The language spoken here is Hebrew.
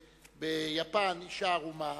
ביפן אשה ערומה